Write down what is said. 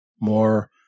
more